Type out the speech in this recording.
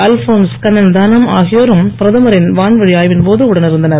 அல்போன்ஸ் கண்ணன்தானம் ஆகியோரும் பிரதமரின் வான்வழி ஆய்வின் போது உடன் இருந்தனர்